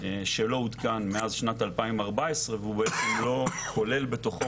שלא עודכן מאז שנת 2014 ובעצם לא כולל בתוכו